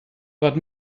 but